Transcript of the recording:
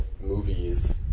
movies